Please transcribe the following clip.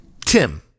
Tim